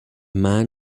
man